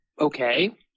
okay